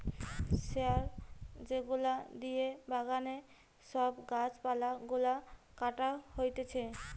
শিয়ার যেগুলা দিয়ে বাগানে সব গাছ পালা গুলা ছাটা হতিছে